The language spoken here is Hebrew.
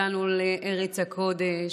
הגענו לארץ הקודש,